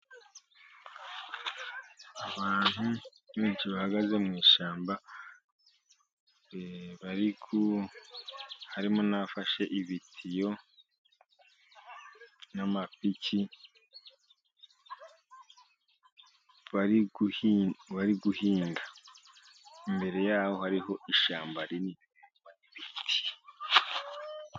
Abantu benshi bahagaze mu ishyamba ,bari ku harimo n'abafashe ibitiyo n'amapiki . Bari guhinga imbere yaho hari ishyamba rinini n'ibiti.